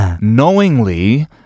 knowingly